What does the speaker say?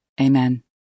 Amen